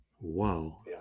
wow